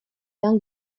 edan